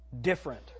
Different